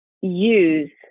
use